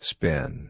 Spin